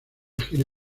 gira